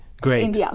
great